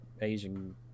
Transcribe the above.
asian